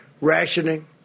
rationing